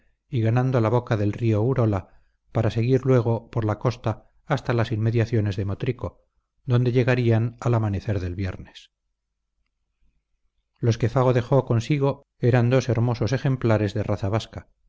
y ganando la boca del río urola para seguir luego por la costa hasta las inmediaciones de motrico adonde llegarían al amanecer del viernes los que fago dejó consigo eran dos hermosos ejemplares de raza vasca